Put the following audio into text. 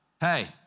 Hey